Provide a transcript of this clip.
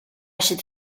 should